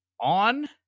on